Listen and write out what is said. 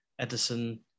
Edison